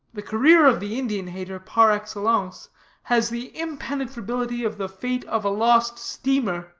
the career of the indian-hater par excellence has the impenetrability of the fate of a lost steamer.